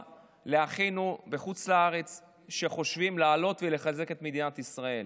לאחינו בחוץ לארץ שחושבים לעלות ולחזק את מדינת ישראל.